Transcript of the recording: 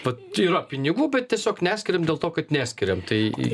vat yra pinigų bet tiesiog neskiriam dėl to kad neskiriam tai